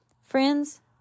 Friends